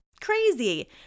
crazy